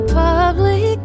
public